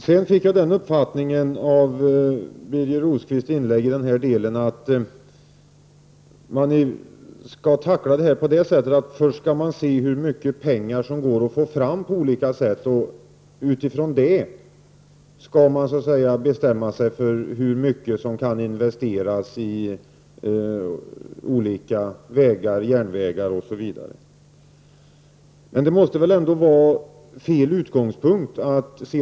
Jag fick den uppfattningen av Birger Rosqvists inlägg, att den här frågan skall man tackla på det viset att man först ser hur mycket pengar som det går att få fram på olika sätt och utifrån det bestämmer sig för hur mycket som skall investeras i olika vägar, järnvägar osv. Det måste väl ändå vara fel utgångspunkt.